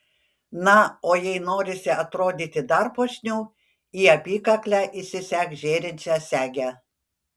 na o jei norisi atrodyti dar puošniau į apykaklę įsisek žėrinčią segę